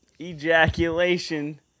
ejaculation